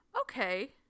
Okay